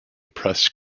press